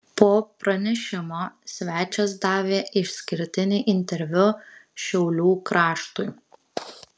po pranešimo svečias davė išskirtinį interviu šiaulių kraštui